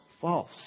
False